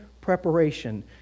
Preparation